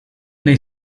nei